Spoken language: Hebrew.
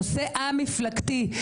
נושא א-מפלגתי,